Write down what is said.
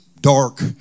dark